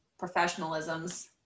professionalisms